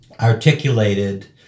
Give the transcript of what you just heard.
articulated